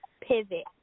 pivot